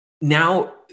now